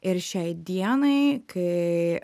ir šiai dienai kai